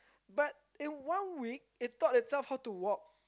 but in one week it taught itself how to walk